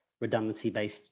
redundancy-based